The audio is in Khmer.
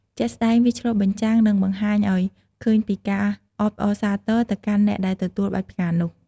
ជាក់ស្ដែង វាឆ្លុះបញ្ចាំង និងបង្ហាញឱ្យឃើញពីការអបអរសាទរទៅកាន់អ្នកដែលទទួលបាច់ផ្កានោះ។